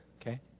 Okay